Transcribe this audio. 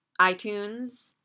iTunes